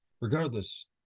Regardless